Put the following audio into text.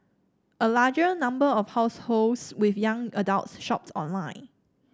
a larger number of households with young adults shopped online